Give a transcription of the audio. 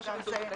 כמו שכתוב בתקנה.